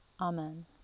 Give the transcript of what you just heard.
Amen